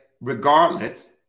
regardless